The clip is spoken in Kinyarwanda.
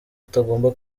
atagomba